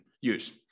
use